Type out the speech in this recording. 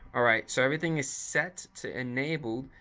all right, so everything is set to enable.